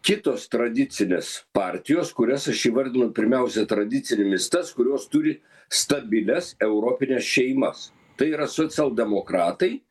kitos tradicinės partijos kurias aš įvardinu pirmiausia tradicinėmis tas kurios turi stabilias europines šeimas tai yra socialdemokratai